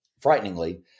frighteningly